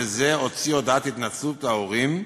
וזה הוציא הודעת התנצלות להורים.